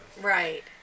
Right